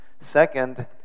Second